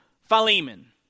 Philemon